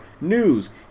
news